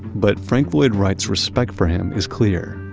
but frank lloyd wright's respect for him is clear.